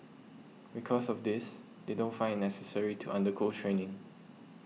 because of this they don't find it necessary to undergo training